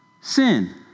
sin